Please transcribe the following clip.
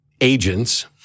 agents